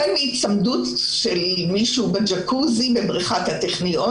החל מהיצמדות של מישהו בג'קוזי בבריכת הטכניון.